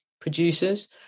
producers